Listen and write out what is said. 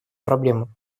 проблемам